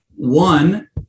One